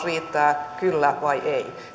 vastaus riittää kyllä vai ei